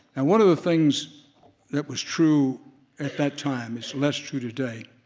and one of the things that was true at that time, is less true today,